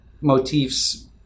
motifs